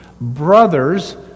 Brothers